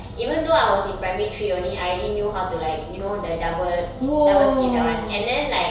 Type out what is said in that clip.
even though I was in primary three only I already knew how to like you know the double double skip that [one] and then like